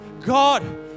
God